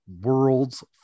world's